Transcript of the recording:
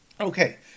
Okay